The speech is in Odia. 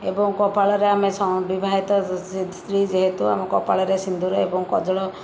ଏବଂ କପାଳରେ ଆମେ ବିବାହିତ ସ୍ତ୍ରୀ ଯେହେତୁ ଆମେ କପାଳରେ ସିନ୍ଦୁର ଏବଂ କଜଳ